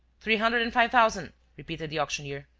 three hundred and five thousand, repeated the auctioneer.